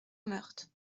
meurthe